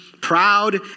proud